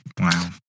Wow